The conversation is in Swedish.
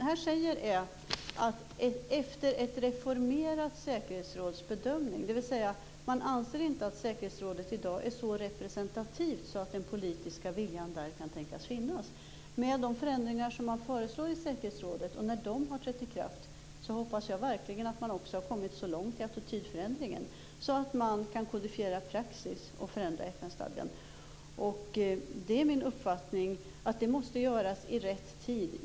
Här säger man "efter ett reformerat säkerhetsråds bedömning". Man anser alltså inte att säkerhetsrådet i dag är så representativt att den politiska viljan där kan tänkas finnas. Med de förändringar som föreslås i säkerhetsrådet och när de har trätt i kraft hoppas jag verkligen att man har kommit så långt i attitydförändringen att man kan kodifiera praxis och förändra FN-stadgan. Det är min uppfattning att det måste göras i rätt tid.